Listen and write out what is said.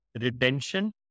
retention